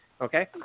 okay